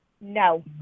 No